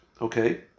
Okay